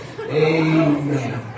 Amen